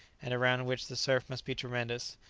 and around which the surf must be tremendous.